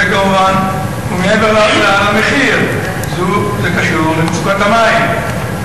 זה כמובן, מעבר למחיר, קשור למצוקת המים.